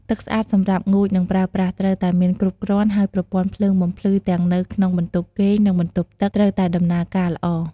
ទឹកស្អាតសម្រាប់ងូត និងប្រើប្រាស់ ត្រូវតែមានគ្រប់គ្រាន់ ហើយប្រព័ន្ធភ្លើងបំភ្លឺទាំងនៅក្នុងបន្ទប់គេង និងបន្ទប់ទឹក ត្រូវតែដំណើរការល្អ។